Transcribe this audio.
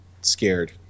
scared